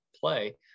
play